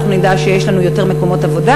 אנחנו נדע שיש לנו יותר מקומות עבודה.